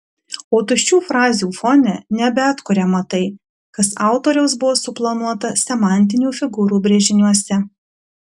o tuščių frazių fone nebeatkuriama tai kas autoriaus buvo suplanuota semantinių figūrų brėžiniuose